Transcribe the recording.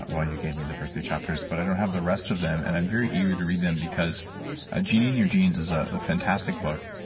well, you gave me the first three chapters, but i don't have the rest of them, and i'm very eager to read them because a genie in your genes is a fantastic book,